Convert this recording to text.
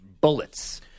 Bullets